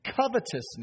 covetousness